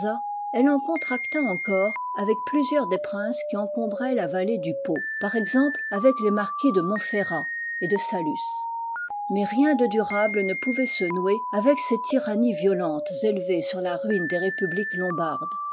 elle en contracta encore avec plusieurs des princes qui encombraient la vallée du po par exemple avec les marquis de montferrat et de saluées mais rien de durable ne pouvait se nouer avec ces tyrannies violentes élevées sur la ruine des républiques lombardes